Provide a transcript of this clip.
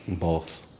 both,